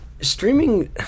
streaming